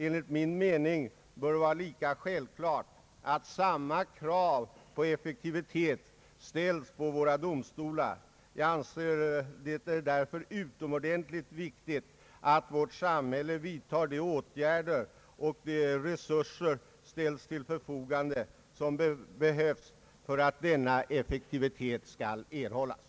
Enligt min mening bör det vara lika självklart att samma krav på effektivitet ställs på våra domstolar. Jag anser det därför utomordentligt viktigt för vårt samhälle att de åtgärder vidtas och de resurser ställs till förfogande som behövs för att denna effektivitet skall erhållas.